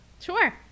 sure